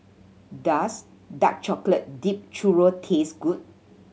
does dark chocolate dipped churro taste good